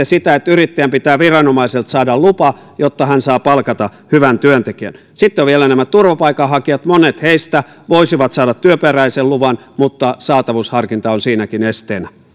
sitä että yrittäjän pitää viranomaiselta saada lupa jotta hän saa palkata hyvän työntekijän sitten ovat vielä nämä turvapaikanhakijat monet heistä voisivat saada työperäisen luvan mutta saatavuusharkinta on siinäkin esteenä